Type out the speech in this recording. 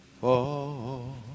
fall